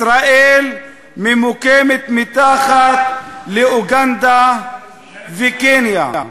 ישראל ממוקמת מתחת לאוגנדה וקניה.